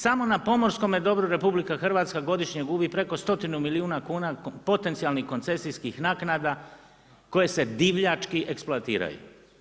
Samo na pomorskome dobru RH, godišnje gubi preko 100 milijuna kuna potencijalnih koncesijskih naknada koje se divljači eksploatiraju.